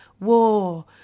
war